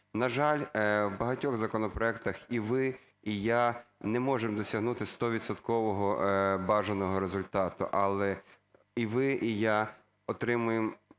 На жаль, в багатьох законопроектах і ви, і я не можемо досягнути стовідсоткового бажаного результату. Але і ви, і я отримуємо